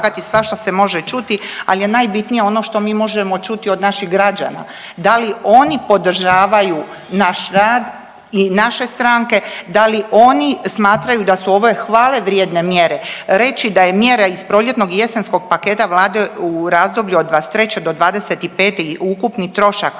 da li oni podržavaju naš rad i naše stranke, da li oni smatraju da su ove hvale vrijedne mjere reći da je mjera iz proljetnog i jesenskog paketa Vlade u razdoblju od '23. do '25. i ukupni trošak